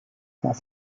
einmal